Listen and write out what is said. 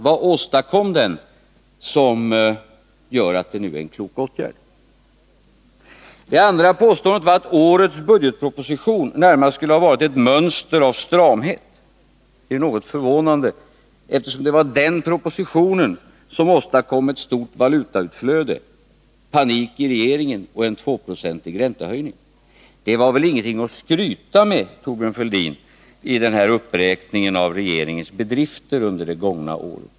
Vad åstadkom den som gör att den nu bedöms som en klok åtgärd? Det andra påståendet var att årets budgetproposition i det närmaste skulle ha varit ett mönster av stramhet. Det är något förvånande, eftersom det var den propositionen som åstadkom ett stort valutautflöde, panik i regeringen och en 2-procentig räntehöjning. Det var väl ingenting att skryta med, Thorbjörn Fälldin, i den här uppräkningen av regeringens bedrifter det gångna året.